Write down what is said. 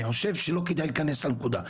אני חושב שלא כדאי להיכנס לנקודה.